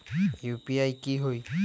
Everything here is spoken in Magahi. यू.पी.आई की होई?